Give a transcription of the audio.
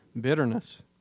bitterness